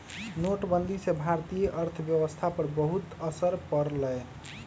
नोटबंदी से भारतीय अर्थव्यवस्था पर बहुत असर पड़ लय